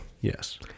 yes